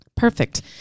perfect